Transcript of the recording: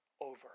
Over